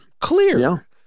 clear